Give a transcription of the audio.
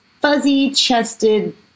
fuzzy-chested